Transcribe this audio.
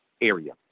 area